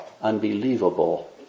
unbelievable